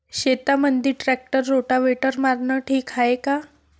शेतामंदी tractor rotavator मारनं ठीक हाये का?